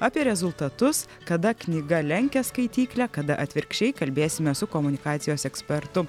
apie rezultatus kada knyga lenkia skaityklę kada atvirkščiai kalbėsime su komunikacijos ekspertu